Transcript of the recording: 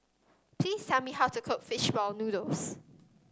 please tell me how to cook fish ball noodles